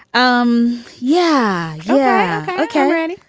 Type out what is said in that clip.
um yeah. yeah. okay ready.